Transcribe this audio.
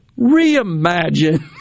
reimagine